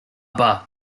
bar